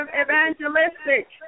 evangelistic